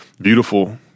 Beautiful